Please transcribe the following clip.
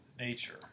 nature